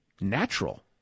natural